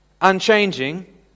unchanging